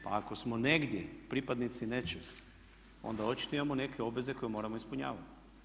Pa ako smo negdje pripadnici nečeg onda očito imamo neke obveze koje moramo ispunjavati.